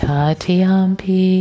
Tatiampi